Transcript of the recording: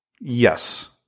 Yes